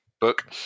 Book